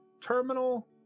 Terminal